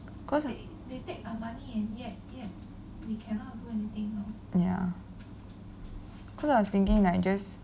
cause like ya cause I was thinking like just